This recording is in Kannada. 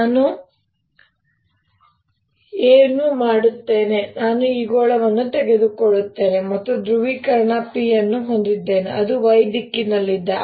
ನಾನು ಏನು ಮಾಡುತ್ತೇನೆ ನಾನು ಈ ಗೋಳವನ್ನು ತೆಗೆದುಕೊಳ್ಳುತ್ತೇನೆ ಮತ್ತು ಧ್ರುವೀಕರಣ P ಅನ್ನು ಹೊಂದಿದ್ದೇನೆ ಅದು y ದಿಕ್ಕಿನಲ್ಲಿದೆ